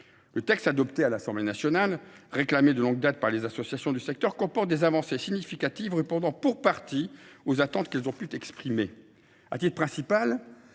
Le texte adopté à l’Assemblée nationale, réclamé de longue date par les associations du secteur, comporte des avancées significatives, qui répondent en partie aux attentes. Ces associations